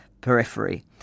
periphery